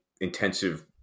intensive